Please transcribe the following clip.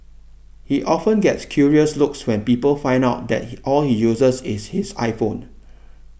he often gets curious looks when people find out that he all he uses is his iPhone